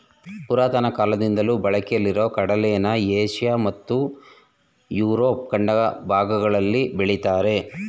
ಪುರಾತನ ಕಾಲದಿಂದಲೂ ಬಳಕೆಯಲ್ಲಿರೊ ಕಡಲೆನ ಏಷ್ಯ ಮತ್ತು ಯುರೋಪ್ ಖಂಡಗಳ ಭಾಗಗಳಲ್ಲಿ ಬೆಳಿತಾರೆ